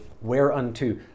whereunto